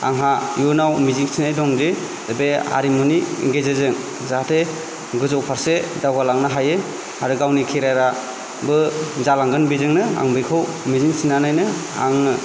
आंहा इयुनाव मिजिं थिनाय दं जे बे आरिमुनि गेजेरजों जाहाथे गोजौ फारसे दावगा लांनो हायो आरो गावनि केरियार आबो जालांगोन बेजोंनो आं बेखौ मिजिं थिनानैनो आङो